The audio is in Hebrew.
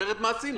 אחרת מה עשינו.